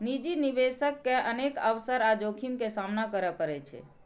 निजी निवेशक के अनेक अवसर आ जोखिम के सामना करय पड़ै छै